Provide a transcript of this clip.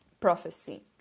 prophecy